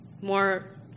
more